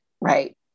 right